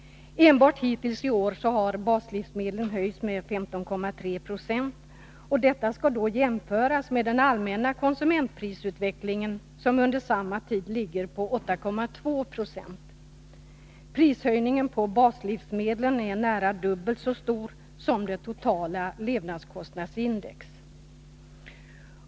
Enbart hittills i år har priserna på baslivsmedlen höjts med 15,3 96. Detta skall då jämföras med den allmänna konsumentprisutvecklingen, som under samma tid ligger på 8,2 20. Prishöjningen på baslivsmedlen är nära dubbelt så stor som det totala levnadskostnadsindex.